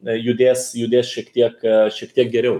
judės judės šiek tiek šiek tiek geriau